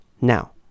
Now